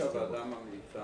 מה שהוועדה ממליצה